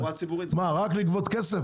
מה, רק לגבות כסף?